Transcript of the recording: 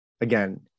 again